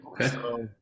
okay